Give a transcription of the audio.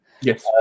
yes